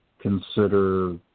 consider